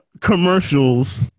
commercials